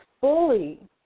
fully